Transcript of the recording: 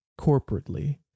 corporately